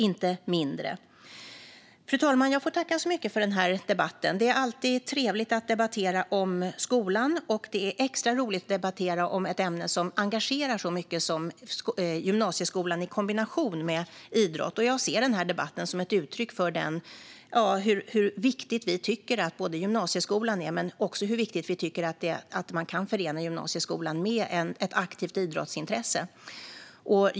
Fru talman! Jag tackar så mycket för den här debatten. Det är alltid trevligt att debattera om skolan. Det är extra roligt att debattera om ett ämne som engagerar så mycket som gymnasieskolan i kombination med idrott. Jag ser den här debatten som ett uttryck för hur viktig vi tycker att gymnasieskolan är men också hur viktigt det är att kunna förena gymnasieskolan med ett aktivt idrottsintresse.